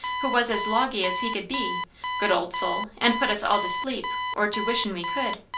who was as loggy as he could be good old soul! and put us all to sleep, or to wishin' we could.